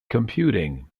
computing